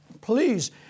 please